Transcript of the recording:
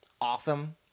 awesome